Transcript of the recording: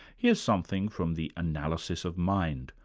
here's something from the analysis of mind,